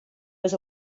was